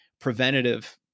preventative